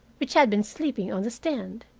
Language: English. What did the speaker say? which had been sleeping on the stand!